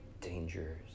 dangers